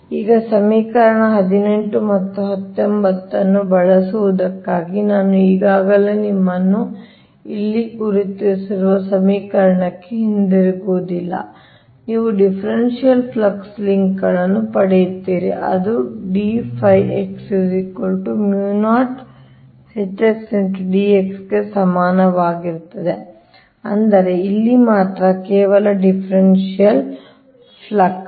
ಈಗ ಸಮೀಕರಣ 18 ಮತ್ತು 19 ಅನ್ನು ಬಳಸುವುದಕ್ಕಾಗಿ ನಾನು ಈಗಾಗಲೇ ನಿಮ್ಮನ್ನು ಇಲ್ಲಿ ಗುರುತಿಸಿರುವ ಸಮೀಕರಣಕ್ಕೆ ಹಿಂತಿರುಗುವುದಿಲ್ಲ ನೀವು ಡಿಫರೆನ್ಷಿಯಲ್ ಫ್ಲಕ್ಸ್ ಲಿಂಕ್ಗಳನ್ನು ಪಡೆಯುತ್ತೀರಿ ಅದು ಗೆ ಸಮಾನವಾಗಿರುತ್ತದೆ ಅಂದರೆ ಇಲ್ಲಿ ಮಾತ್ರ ಕೇವಲ ಡಿಫರೆನ್ಷಿಯಲ್ ಫ್ಲಕ್ಸ್